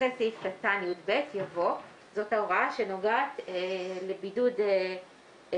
אחרי סעיף קטן (יב) יבוא: (זאת ההוראה שנוגעת לבידוד של